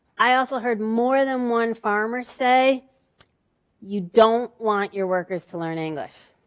i also heard more than one farmer say you don't want your workers to learn english.